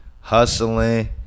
hustling